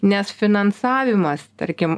nes finansavimas tarkim